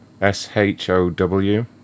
S-h-o-w